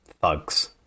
thugs